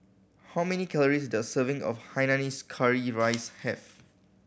how many calories does a serving of hainanese curry rice have